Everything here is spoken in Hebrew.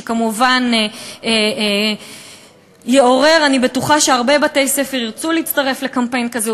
שכמובן יעורר אני בטוחה שהרבה בתי-ספר ירצו להצטרף לקמפיין כזה,